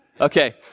Okay